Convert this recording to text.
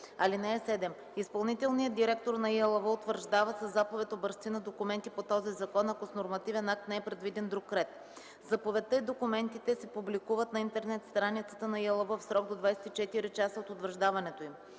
съвет. (7) Изпълнителният директор на ИАЛВ утвърждава със заповед образци на документи по този закон, ако с нормативен акт не е предвиден друг ред. Заповедта и документите се публикуват на интернет страницата на ИАЛВ в срок до 24 часа от утвърждаването им.